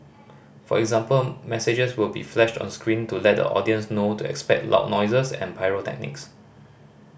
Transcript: for example messages will be flashed on screen to let the audience know to expect loud noises and pyrotechnics